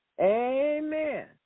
Amen